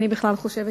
אני בכלל חושבת